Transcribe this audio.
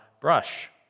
brush